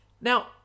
Now